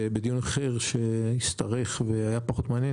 בדיון אחר שהשתרך והיה פחות מעניין.